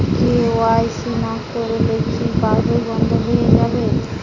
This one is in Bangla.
কে.ওয়াই.সি না করলে কি পাশবই বন্ধ হয়ে যাবে?